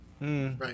Right